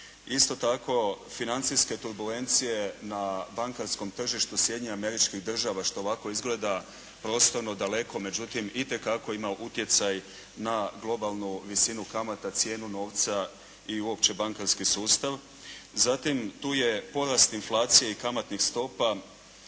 Isto tako financijske turbulencije na bankarskom tržištu Sjedinjenih Američkih Država što ovako izgleda prostorno daleko, međutim itekako ima utjecaj na globalnu visinu kamata, cijenu novca i uopće bankarski sustav. Zatim tu je porast inflacije i kamatnih stopa